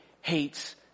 hates